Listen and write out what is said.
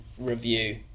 review